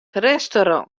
restaurant